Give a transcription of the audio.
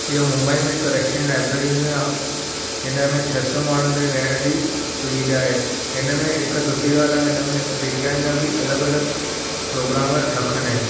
इहो मुंबई में हिकु रशियन लाइब्रेरी में आहे हिन में छह सौ माण्हूं जे विहण जी सुविधा आहे हिन में हिकु सुठी ॻाल्हि आहे हिन में विज्ञान जा बि अलॻि अलॻि प्रोग्राम रखंदा आहिनि